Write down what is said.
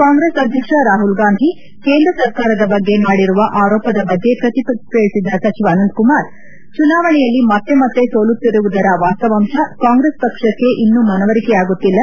ಕಾಂಗ್ರೆಸ್ ಅಧ್ಯಕ್ಷ ರಾಹುಲ್ ಗಾಂಧಿ ಕೇಂದ್ರ ಸರ್ಕಾರದ ಬಗ್ಗೆ ಮಾಡಿರುವ ಆರೋಪದ ಬಗ್ಗೆ ಪ್ರತಿಕ್ರಿಯಿಸಿದ ಸಚಿವ ಅನಂತಕುಮಾರ್ ಚುನಾವಣೆಗಳಲ್ಲಿ ಮತ್ತೆ ಮತ್ತೆ ಸೋಲುತ್ತಿರುವುದರ ವಾಸ್ತವಾಂಶ ಕಾಂಗ್ರೆಸ್ ಪಕ್ಷಕ್ಕೆ ಇನ್ನೂ ಮನವರಿಕೆಯಾಗುತ್ತಿಲ್ಲ